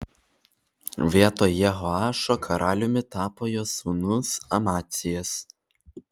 vietoj jehoašo karaliumi tapo jo sūnus amacijas